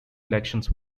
elections